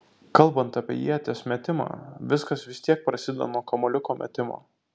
kalbant apie ieties metimą viskas vis tiek prasideda nuo kamuoliuko metimo